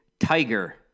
tiger